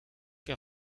que